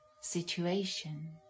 situation